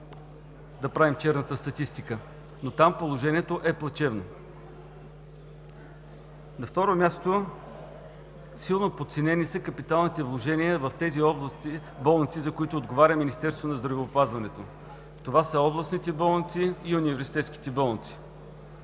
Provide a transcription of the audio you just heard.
да правим черна статистика, но там положението е плачевно. На второ място, силно са подценени капиталовите вложения в тези болници, за които отговаря Министерството на здравеопазването. Това са областните и университетските болници.